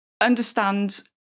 understand